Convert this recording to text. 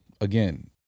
again